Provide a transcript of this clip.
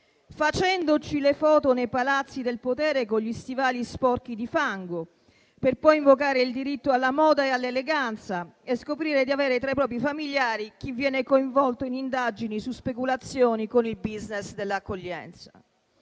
facendoci le foto nei palazzi del potere con gli stivali sporchi di fango, per poi invocare il diritto alla moda e all'eleganza e scoprire di avere tra i propri familiari chi viene coinvolto in indagini su speculazioni con il *business* dell'accoglienza.